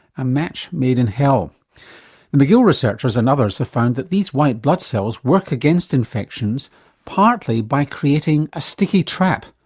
a match made in hell mcgill researchers and others have found that these white blood cells work against infections partly by creating a sticky trap,